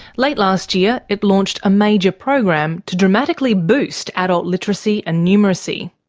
late last year it launched a major program to dramatically boost adult literacy and numeracy.